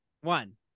one